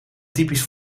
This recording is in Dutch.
typisch